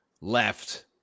left